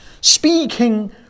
speaking